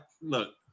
look